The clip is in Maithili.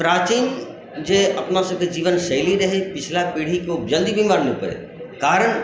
प्राचीन जे अपनासभके जीवन शैली रहै पिछला पीढ़ीके ओ जल्दी बीमार नहि पड़ए कारण